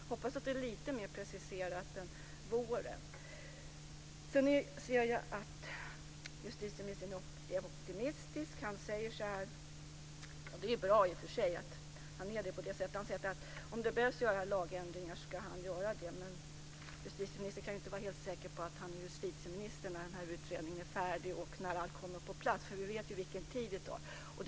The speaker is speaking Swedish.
Jag hoppas att det är lite mer preciserat än till våren. Jag ser att justitieministern är optimistisk, och det är ju bra. Han säger att om man behöver göra lagändringar så ska han göra det, men justitieministern kan ju inte vara helt säker på att han är justitieminister när den här utredningen är färdig och allt kommer på plats. Vi vet ju vilken tid det tar.